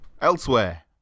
Elsewhere